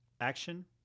action